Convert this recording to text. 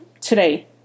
today